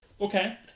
Okay